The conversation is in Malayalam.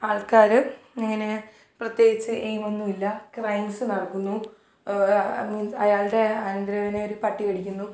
ആൾക്കാർ ഇങ്ങനെ പ്രത്യേകിച്ച് എയിമൊന്നുവില്ല ക്രൈംസ്സ് നടക്കുന്നു മീൻസ് അയാളുടെ അനന്തരവനെ ഒരു പട്ടി കടിക്കുന്നു